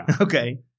Okay